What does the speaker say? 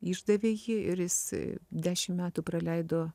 išdavė jį ir jis dešim metų praleido